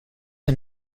are